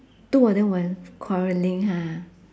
two of them were quarrelling ha